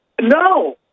No